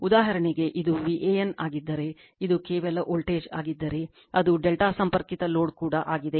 ಉದಾಹರಣೆಗೆ ಇದು VAN ಆಗಿದ್ದರೆ ಇದು ಕೇವಲ ವೋಲ್ಟೇಜ್ ಆಗಿದ್ದರೆ ಅದು ಡೆಲ್ಟಾ ಸಂಪರ್ಕಿತ ಲೋಡ್ ಕೂಡ ಆಗಿದೆ